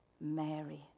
Mary